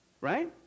Right